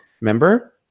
Remember